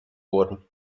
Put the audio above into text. wurden